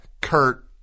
Kurt